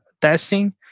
testing